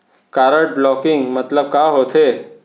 Card blocking मतलब का होथे?